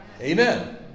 Amen